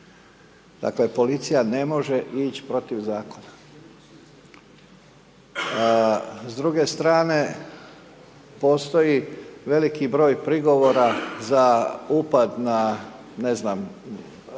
Dakle, policija ne može ići protiv Zakona. S druge strane postoji veliki broj prigovora za upad na, ne znam,